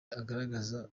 agaragaza